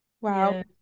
Wow